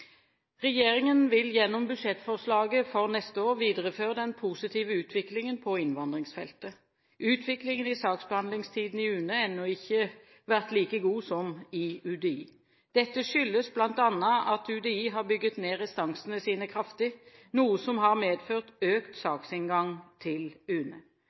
Regjeringen vil gjennom budsjettforslaget for neste år videreføre den positive utviklingen på innvandringsfeltet. Utviklingen i saksbehandlingstiden i UNE har ennå ikke vært like god som i UDI. Dette skyldes bl.a. at UDI har bygget ned restansene sine kraftig, noe som har medført økt saksinngang til UNE.